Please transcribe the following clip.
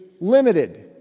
limited